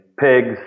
pigs